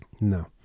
No